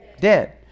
Dead